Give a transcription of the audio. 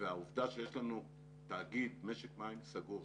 והעובדה שיש לנו תאגיד משק מים סגור,